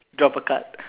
drop a card